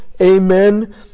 Amen